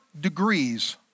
degrees